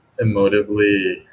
emotively